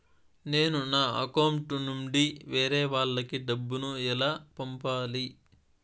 నేను నా అకౌంట్ నుండి వేరే వాళ్ళకి డబ్బును ఎలా పంపాలి?